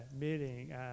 meeting